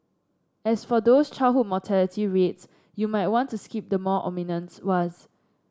as for those childhood reads you might want to skip the more ominous ones